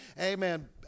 amen